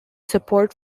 support